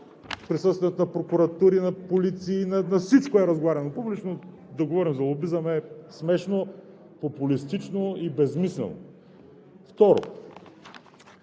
присъствието на прокуратури, на полиция, на всичко е разговаряно публично, да говорим за лобизъм е смешно, популистично и безсмислено. Второ,